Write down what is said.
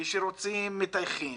כשרוצים מטייחים,